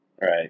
Right